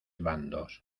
bandos